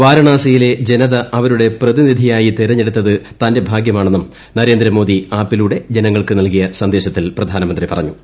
വാരണാസിയിലെ ജനത അവരുടെ പ്രതിനിധിയായി തെരഞ്ഞെടുത്തത് തന്റെ ഭാഗ്യമാണെന്നും നരേന്ദ്രമോദി ആപ്പിലൂടെ ജനങ്ങൾക്ക് നല്കിയ സന്ദേശത്തിൽ പ്രധാനമന്ത്രി പറഞ്ഞു